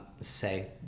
say